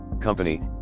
company